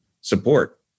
support